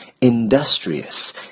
industrious